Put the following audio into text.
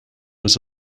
was